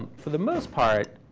for the most part,